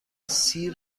سیر